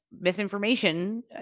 misinformation